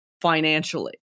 financially